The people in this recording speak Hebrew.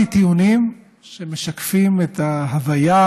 טיעונים שמשקפים את ההוויה